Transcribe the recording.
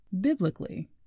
Biblically